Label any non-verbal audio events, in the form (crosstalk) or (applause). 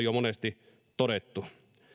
(unintelligible) jo monesti todettu